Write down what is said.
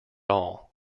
all